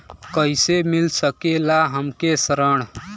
कइसे मिल सकेला हमके ऋण?